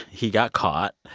he got caught.